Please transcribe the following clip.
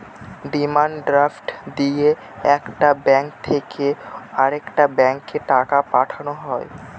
demand draft দিয়ে একটা bank থেকে আরেকটা ব্যাঙ্কে টাকা পাঠানো হয়